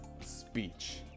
speech